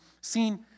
seen